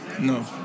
No